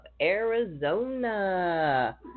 Arizona